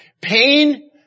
Pain